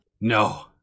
No